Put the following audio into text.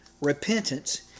repentance